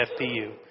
FPU